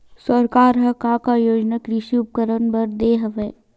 सरकार ह का का योजना कृषि उपकरण बर दे हवय?